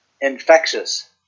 infectious